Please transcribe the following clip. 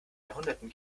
jahrhunderten